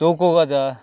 চৌকো গজা